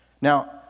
now